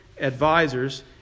advisors